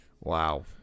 Wow